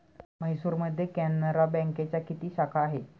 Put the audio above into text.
म्हैसूरमध्ये कॅनरा बँकेच्या किती शाखा आहेत?